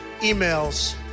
emails